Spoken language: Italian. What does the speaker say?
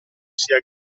sia